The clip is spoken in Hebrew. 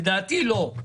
לדעתי, לא.